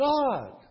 God